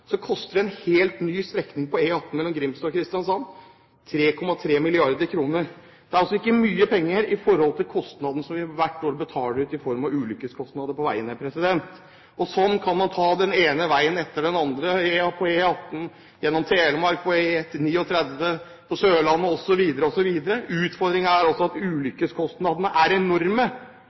en helt ny strekning på E18 mellom Grimstad og Kristiansand 3,3 mrd. kr. Det er altså ikke mye penger i forhold til kostnadene som vi hvert år har ved trafikkulykker på veiene. Sånn kan man ta den ene veien etter den andre: E18 gjennom Telemark, E39 på Sørlandet osv. Utfordringen er altså at ulykkeskostnadene er enorme.